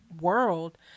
world